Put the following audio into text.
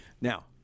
Now